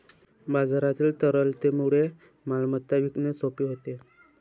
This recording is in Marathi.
बाजारातील तरलतेमुळे मालमत्ता विकणे सोपे होते